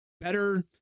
Better